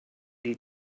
die